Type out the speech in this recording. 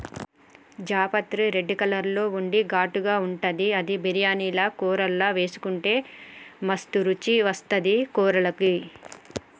జాపత్రి red colour లో ఉండి ఘాటుగా ఉంటది అది బిర్యానీల కూరల్లా వేసుకుంటే మస్తు రుచి వస్తది కూరలకు